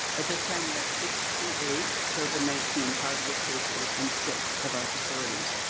at this time we have sixty eight covid nineteen positive cases in six of our facilities.